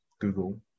Google